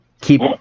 keep